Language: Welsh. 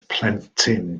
plentyn